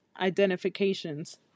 identifications